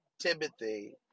Timothy